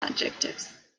adjectives